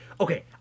okay